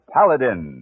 Paladin